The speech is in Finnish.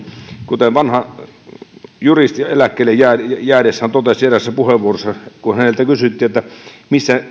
kuten vanha juristi eläkkeelle jäädessään totesi eräässä puheenvuorossa kun häneltä kysyttiin että missä